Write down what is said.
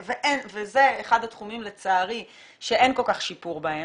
וזה אחד התחומים לצערי שאין כל כך שיפור בהם,